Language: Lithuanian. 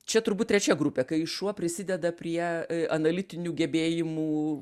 čia turbūt trečia grupė kai šuo prisideda prie analitinių gebėjimų